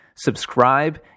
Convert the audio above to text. subscribe